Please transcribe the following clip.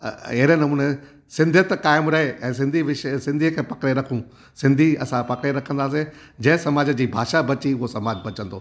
अ अहिड़े नमूने सिंधीअत कायमु रहे ऐं सिंधी विषय सिंधीअ खे पकिड़े रखूं सिंधी असां पकिड़े रखंदासीं जंहिं समाज जी भाषा बची उहो समाज बचंदो